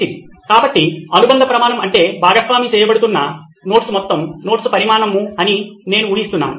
నితిన్ కాబట్టి అనుబంధ ప్రమాణము అంటే భాగస్వామ్యం చేయబడుతున్న నోట్స్ మొత్తం నోట్స్ పరిమాణం అని నేను ఊహిస్తున్నాను